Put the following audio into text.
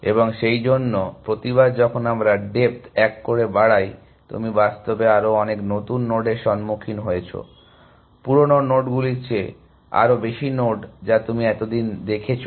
এবং সেইজন্য প্রতিবার যখন আমরা ডেপ্থ এক করে বাড়াই তুমি বাস্তবে আরও অনেক নতুন নোডের সম্মুখীন হয়েছো পুরানো নোডগুলির চেয়ে আরও বেশি নোড যা তুমি এতদিন দেখেছো